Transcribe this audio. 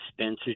Spencer